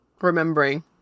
remembering